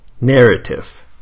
Narrative